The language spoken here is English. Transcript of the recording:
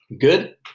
Good